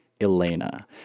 Elena